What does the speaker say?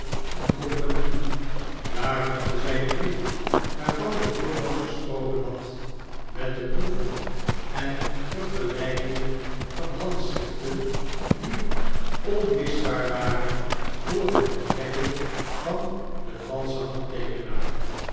en cie daar vonden zy den brief waarvan de voerman gesproken had met de proeven en vergelpingen van handschriften die onmisbaar waren voor het ontdekken van den valschen